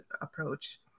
approach